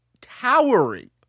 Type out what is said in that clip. towering